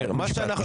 מאיר,